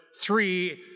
three